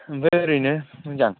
ओमफ्राय ओरैनो मोजां